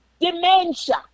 dementia